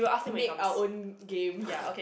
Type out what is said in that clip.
make our own game